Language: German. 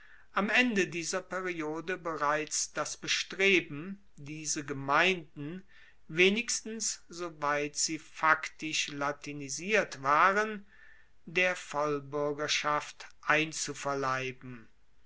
am ende dieser periode bereits das bestreben diese gemeinden wenigstens soweit sie faktisch latinisiert waren der vollbuergerschaft einzuverleiben